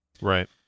Right